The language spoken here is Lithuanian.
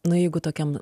nu jeigu tokiam